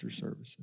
services